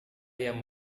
yang